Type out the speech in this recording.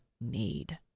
need